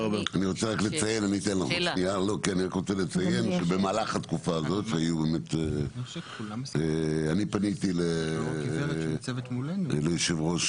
אני רק רוצה לציין שבמהלך התקופה הזאת אני פניתי ליושב ראש